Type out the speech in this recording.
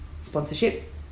sponsorship